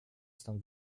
stąd